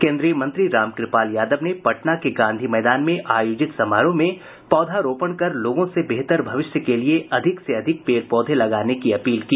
केन्द्रीय मंत्री रामक्रपाल यादव ने पटना के गांधी मैदान में आयोजित समारोह में पौधारोपण कर लोगों को बेहतर भविष्य के लिए अधिक से अधिक पेड़ पौधे लगाने की अपील की